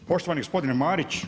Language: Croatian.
Poštovani gospodine Marić.